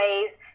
ways